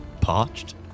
parched